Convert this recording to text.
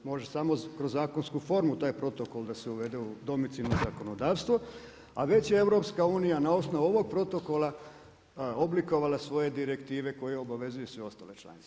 Može samo kroz zakonsku formu taj protokol uvede u domicilno zakonodavstvo a već je EU na osnovu ovog protokola oblikovala svoje direktive koje obavezuje sve ostale članice.